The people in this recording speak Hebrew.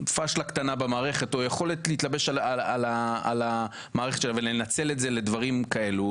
פשלה קטנה במערכת או יכולת להתלבש על המערכת ולנצל את זה לדברים כאלו,